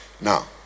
Now